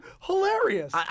hilarious